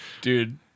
Dude